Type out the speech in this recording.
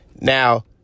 Now